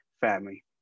family